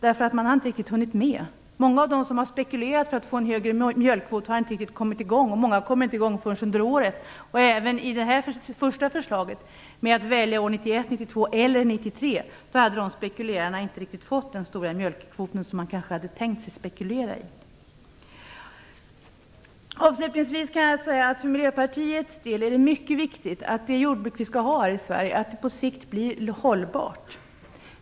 De har inte hunnit med riktigt. Många av dem som har spekulerat för att få en större mjölkkvot har inte kommit i gång riktigt. Många kommer inte i gång förrän under året. Även med det första förslaget där man kan välja 1991, 1992 eller 1993 skulle nog spekulerarna inte riktigt fått den stora mjölkkvot som de kanske hade tänkt sig att spekulera i. Avslutningsvis kan jag säga att för Miljöpartiets del är det mycket viktigt att det jordbruk vi skall ha här i Sverige blir hållbart på sikt.